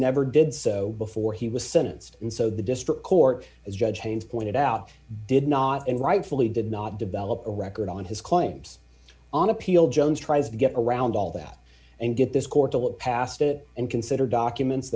never did so before he was sentenced and so the district court judge james pointed out did not and rightfully did not develop a record on his claims on appeal jones tries to get around all that and get this court to look past it and consider documents